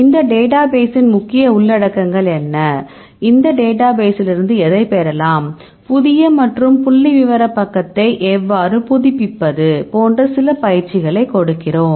இந்த டேட்டா பேசின் முக்கிய உள்ளடக்கங்கள் என்ன இந்த டேட்டா பேசிலிருந்து எதைப் பெறலாம் புதிய மற்றும் புள்ளிவிவரப் பக்கத்தை எவ்வாறு புதுப்பிப்பது போன்ற சில பயிற்சிகளைக் கொடுக்கிறோம்